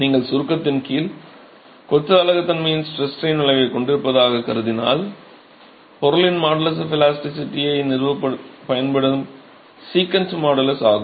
நீங்கள் சுருக்கத்தின் கீழ் கொத்து அலகு தன்மையின் ஸ்ட்ரெஸ் ஸ்ட்ரைன் வளைவைக் கொண்டிருப்பதாகக் கருதினால் பொருளின் மாடுலஸ் ஆஃப் இலாஸ்டிசிட்டியை நிறுவப் பயன்படுவது சீகண்ட் மாடுலஸ் ஆகும்